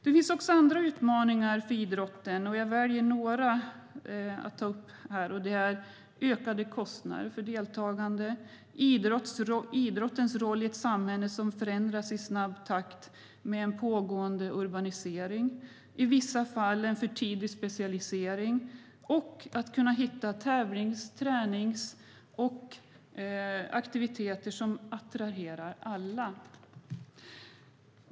Det finns också andra utmaningar för idrotten. Jag väljer att ta upp några: ökade kostnader för deltagande idrottens roll i ett samhälle som förändras i snabb takt med pågående urbanisering i vissa fall en för tidig specialisering att kunna hitta tävlings och träningsformer samt aktiviteter som attraherar alla.